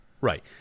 Right